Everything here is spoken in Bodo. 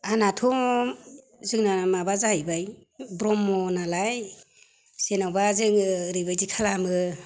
आंनाथ' जोंंना माबा जाहैबाय ब्रह्म नालाय जेनेबा जोङो ओरैबायदि खालामो